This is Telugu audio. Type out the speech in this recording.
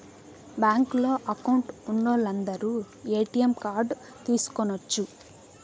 బ్యాంకులో అకౌంట్ ఉన్నోలందరు ఏ.టీ.యం కార్డ్ తీసుకొనచ్చు